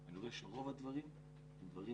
אני רואה שרוב הדברים הם דברים